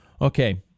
Okay